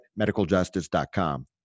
medicaljustice.com